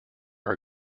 are